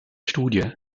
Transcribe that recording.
studie